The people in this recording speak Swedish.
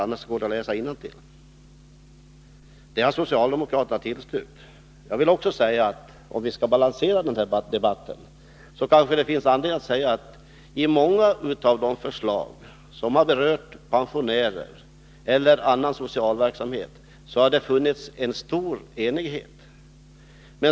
Annars går det att läsa innantill. Socialdemokraterna har alltså tillstyrkt förslaget. Om vi skall balansera denna debatt, finns det anledning att framhålla att det i fråga om många av de förslag som har rört pensionärerna eller annan social verksamhet har rått stor enighet.